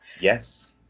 yes